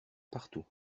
partout